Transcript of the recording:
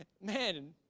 man